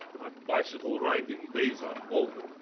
my bicycle-riding days are over.